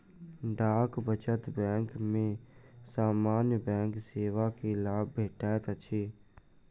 डाक बचत बैंक में सामान्य बैंक सेवा के लाभ भेटैत अछि